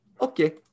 Okay